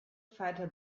feierte